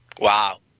Wow